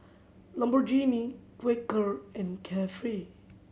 Lamborghini Quaker and Carefree